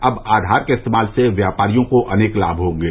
अब आधार के इस्तेमाल से व्यापारियों को अनेक लाभ होंगे